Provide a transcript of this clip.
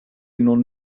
non